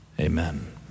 Amen